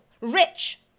rich